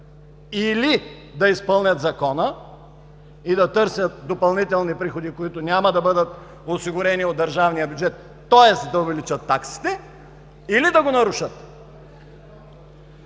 или да изпълнят Закона и да търсят допълнителни приходи, които няма да бъдат осигурени от държавния бюджет, тоест да увеличат таксите, или да го нарушат.